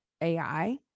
AI